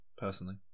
Personally